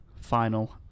final